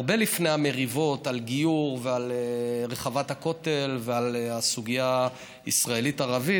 הרבה לפני המריבות על גיור ועל רחבת הכותל ועל הסוגיה הישראלית ערבית,